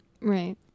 Right